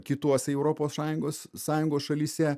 kituose europos sąjungos sąjungos šalyse